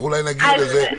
אולי נגיע לזה.